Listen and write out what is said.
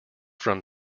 from